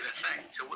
effect